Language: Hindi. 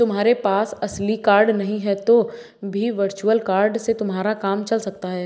तुम्हारे पास असली कार्ड नहीं है तो भी वर्चुअल कार्ड से तुम्हारा काम चल सकता है